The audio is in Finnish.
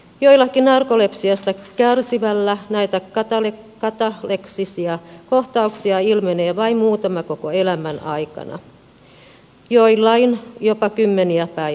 joillakin narkolepsiasta kärsivillä näitä katapleksisia kohtauksia ilmenee vain muutama koko elämän aikana joillain jopa kymmeniä päivässä